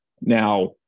Now